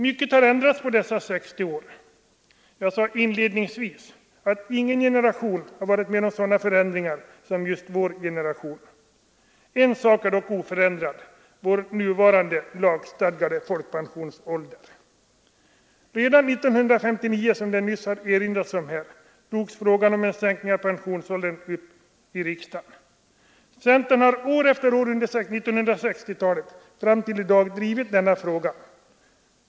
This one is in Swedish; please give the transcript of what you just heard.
Mycket har ändrats på dessa 60 år — jag sade inledningsvis att ingen generation varit med om sådana förändringar som just vår. En sak är dock oförändrad: vår nuvarande lagstådgade folkpensionsålder. Redan 1959 — som det nyss har erinrats om — togs frågan om en sänkning av pensionsåldern upp i riksdagen. Centern har år efter år under 1960-talet fram tills i dag drivit denna fråga.